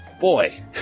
Boy